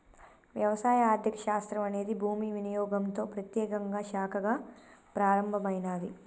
వ్యవసాయ ఆర్థిక శాస్త్రం అనేది భూమి వినియోగంతో ప్రత్యేకంగా శాఖగా ప్రారంభమైనాది